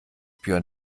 björn